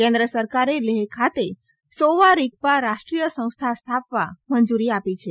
કેન્દ્ર સરકારે લેહ ખાતે સોવા રીગ્પા રાષ્ટ્રીય સંસ્થા સ્થાપવા મંજૂરી આપી છે